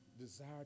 desire